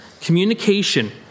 communication